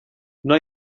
wna